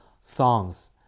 songs